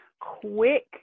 quick